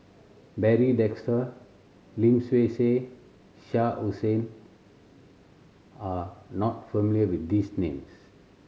Barry Desker Lim Swee Say Shah Hussain are not familiar with these names